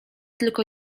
tylko